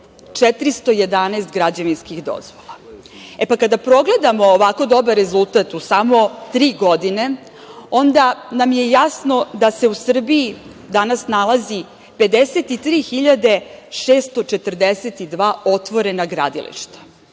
72.411 građevinskih dozvola. Kada pogledamo ovako dobar rezultat u samo tri godine, onda nam je jasno da se u Srbiji danas nalazi 53.642 otvorena gradilišta. Znači,